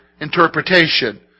interpretation